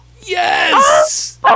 Yes